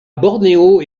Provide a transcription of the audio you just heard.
bornéo